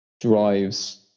drives